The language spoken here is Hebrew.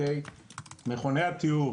מכוני הטיהור